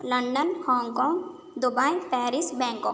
London Hong Kong Dubai Paris Bangkok